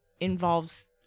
involves